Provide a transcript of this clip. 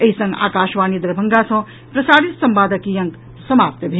एहि संग आकाशवाणी दरभंगा सँ प्रसारित संवादक ई अंक समाप्त भेल